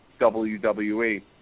WWE